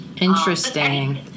Interesting